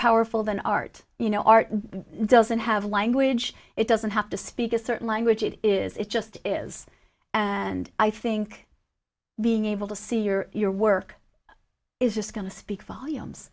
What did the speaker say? powerful than art you know art doesn't have language it doesn't have to speak a certain language it is it just is and i think being able to see your your work is just going to speak volumes